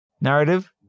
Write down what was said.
narrative